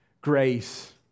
Grace